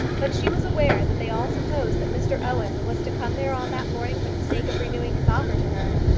but she was aware that they all supposed that mr owen was to come there on that morning for the sake of renewing his offer to her.